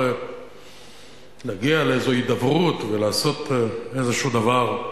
להגיע לאיזו הידברות ולעשות איזה דבר.